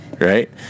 right